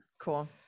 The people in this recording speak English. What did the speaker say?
Cool